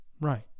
Right